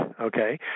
okay